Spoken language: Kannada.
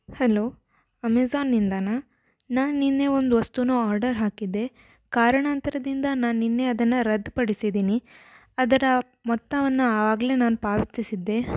ಹಲೋ ಅಮೇಜಾನ್ನಿಂದನಾ ನಾನು ನಿನ್ನೆ ಒಂದು ವಸ್ತುನ ಆರ್ಡರ್ ಹಾಕಿದ್ದೆ ಕಾರಣಾಂತರದಿಂದ ನಾನು ನಿನ್ನೆ ಅದನ್ನು ರದ್ದು ಪಡಿಸಿದ್ದೀನಿ ಅದರ ಮೊತ್ತವನ್ನು ಆಗಲೇ ನಾನು ಪಾವತಿಸಿದ್ದೆ